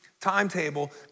timetable